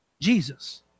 Jesus